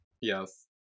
Yes